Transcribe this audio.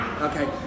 Okay